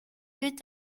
wird